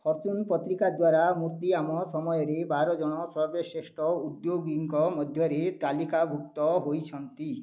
fortune ପତ୍ରିକା ଦ୍ୱାରା ମୂର୍ତ୍ତି ଆମ ସମୟର ବାର ଜଣ ସର୍ବଶ୍ରେଷ୍ଠ ଉଦ୍ୟୋଗୀଙ୍କ ମଧ୍ୟରେ ତାଲିକାଭୁକ୍ତ ହୋଇଛନ୍ତି